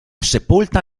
sepolta